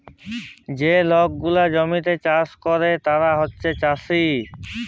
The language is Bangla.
যে লক গুলা জমিতে চাষ ক্যরে তারা হছে চাষী